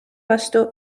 vastu